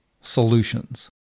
solutions